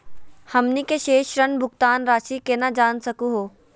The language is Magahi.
हमनी के शेष ऋण भुगतान रासी केना जान सकू हो?